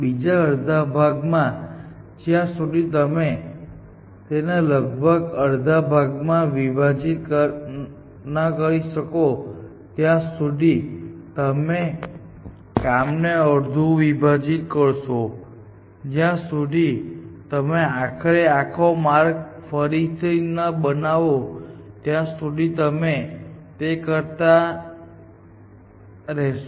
બીજા અડધા ભાગમાં જ્યાં સુધી તમે તેને લગભગ અડધા ભાગમાં વિભાજિત ન કરી શકો ત્યાં સુધી તમે કામને અડધું વિભાજિત કરશો અને જ્યાં સુધી તમે આખરે આખો માર્ગ ફરીથી ન બનાવો ત્યાં સુધી તમે તે કરતા રહેશો